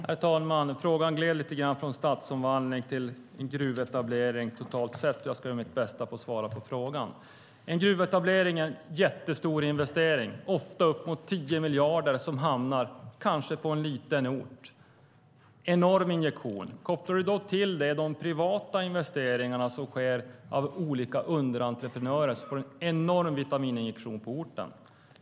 Herr talman! Frågan gled lite grann från stadsomvandling till gruvetablering totalt sett, och jag ska göra mitt bästa för att svara. En gruvetablering är en jättestor investering, ofta uppemot 10 miljarder, som kanske hamnar på en liten ort. Det är en enorm injektion. Kopplar man då till det de privata investeringarna som sker av olika underentreprenörer får man en enorm vitamininjektion på orten.